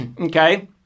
Okay